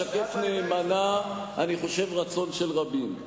היה משקף נאמנה, אני חושב, רצון של רבים.